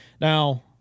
Now